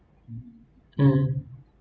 um